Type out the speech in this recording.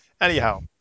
Anyhow